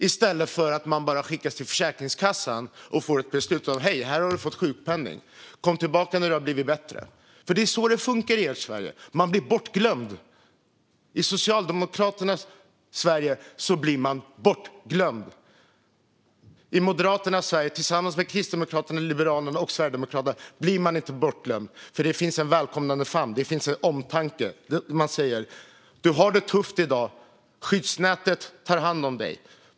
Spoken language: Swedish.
I stället skickas man till Försäkringskassan och får ett beslut: Hej, här har du fått sjukpenning! Kom tillbaka när du blivit bättre! Så funkar det i ert Sverige. I Socialdemokraternas Sverige blir man bortglömd. I Moderaternas Sverige, tillsammans med Kristdemokraterna, Liberalerna och Sverigedemokraterna, blir man inte bortglömd. Det finns en välkomnande famn. Det finns omtanke. Man säger: Du har det tufft i dag. Skyddsnätet tar hand om dig.